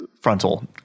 frontal